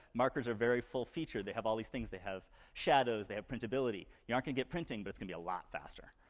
markers are very full-featured. they have all these things. they have shadows, they have printability. you're not gonna get printing, but it's gonna be a lot faster.